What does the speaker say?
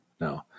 No